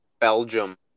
Belgium